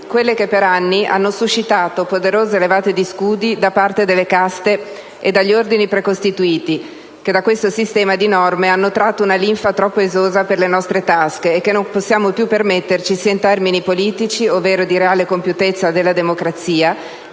quelle che per anni hanno suscitato poderose levate di scudi da parte delle caste e degli ordini precostituiti che da questo sistema di norme hanno tratto una linfa troppo esosa per le nostre tasche, e che non possiamo più permetterci sia in termini politici, ovvero di reale compiutezza della democrazia,